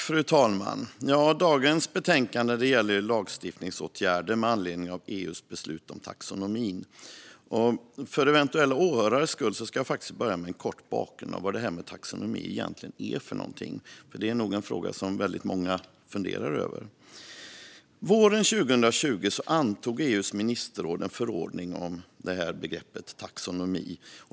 Fru talman! Dagens betänkande gäller lagstiftningsåtgärder med anledning av EU:s beslut om taxonomin. För eventuella åhörares skull ska jag börja med en kort bakgrund om vad taxonomi är för något. Det är nog en fråga som många funderar över. Våren 2020 antog EU:s ministerråd en förordning om begreppet taxonomi.